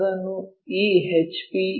ಅದನ್ನು ಈ ಎಚ್ಪಿ